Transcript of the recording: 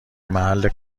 محل